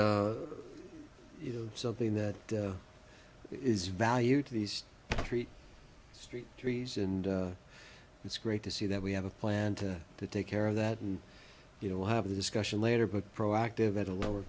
like you know something that is value to these three street trees and it's great to see that we have a plan to take care of that and you know have the discussion later but proactive at a lower